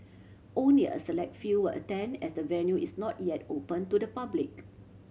only a select few will attend as the venue is not yet open to the public